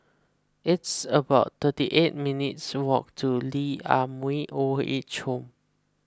it's about thirty eight minutes' walk to Lee Ah Mooi Old Age Home